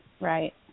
right